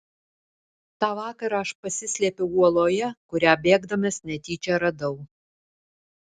tą vakarą aš pasislėpiau uoloje kurią bėgdamas netyčia radau